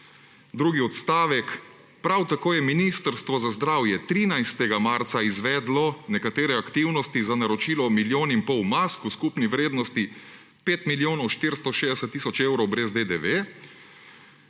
drugi odstavek: »Prav tako je Ministrstvo za zdravje 13. marca izvedlo nekatere aktivnosti za naročilo milijon in pol mask v skupni vrednosti 5 milijonov 460 tisoč evrov brez DDV,